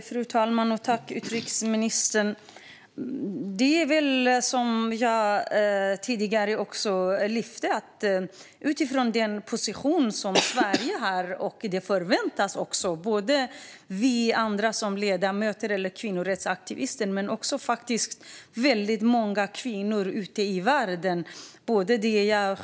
Fru talman! Tack, utrikesministern! Som jag tidigare lyfte upp finns det, utifrån den position som Sverige har, förväntningar både hos oss ledamöter och kvinnorättsaktivister och hos många kvinnor ute i världen.